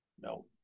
no